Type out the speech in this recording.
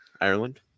ireland